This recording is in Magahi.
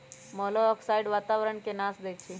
मोलॉक्साइड्स वातावरण के नाश देई छइ